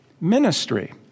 ministry